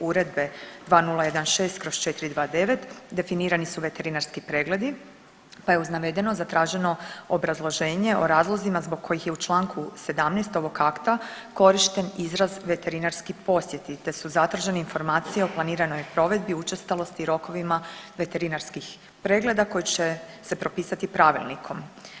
Uredbe 2016/429 definirani su veterinarski pregledi pa je uz navedeno zatraženo obrazloženje o razlozima zbog kojih je u čl. 17. ovog akta korišten izraz veterinarski posjeti te su zatražene informacije o planiranoj provedbi učestalosti i rokovima veterinarskih pregleda koji će se propisati pravilnikom.